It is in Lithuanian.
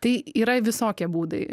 tai yra visokie būdai